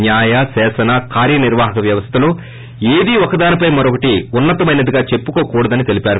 న్యాయ శాసన కార్యనిర్వాహక వ్యవస్యల్లో ఏదీ ఒకదానిపై మరొకటి ఉన్నతమైనదిగా చెప్పుకోకూడదని తెలిపారు